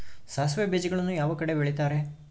ಸಾಸಿವೆ ಬೇಜಗಳನ್ನ ಯಾವ ಕಡೆ ಬೆಳಿತಾರೆ?